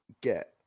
get